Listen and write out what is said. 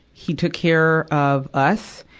he took care of us.